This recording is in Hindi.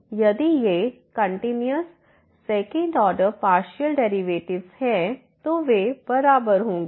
इसलिए यदि ये continuous second order partial derivative हैं तो वे बराबर होंगे